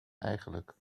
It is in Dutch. eigenlijk